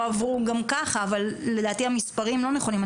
עברו גם ככה אבל לדעתי המספרים לא נכונים,